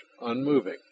unmoving